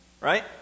Right